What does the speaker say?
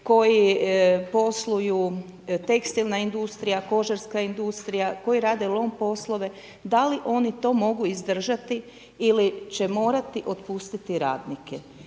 koji posluju, tekstilna industrija, kožarska industrija, koji rade lom poslove, da li oni to mogu izdržati ili će morati otpustiti radnike